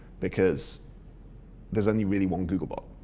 because there's only really one googlebot,